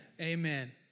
Amen